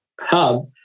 hub